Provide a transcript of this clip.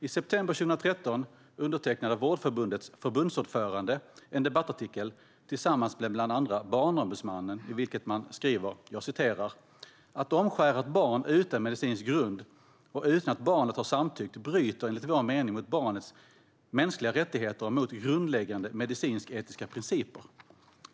I september 2013 undertecknade Vårdförbundets förbundsordförande en debattartikel tillsammans med bland andra Barnombudsmannen i vilken man skriver: "Att omskära ett barn utan medicinsk grund och utan att barnet har samtyckt bryter enligt vår mening mot barnets mänskliga rättigheter och mot grundläggande medicinsk-etiska principer.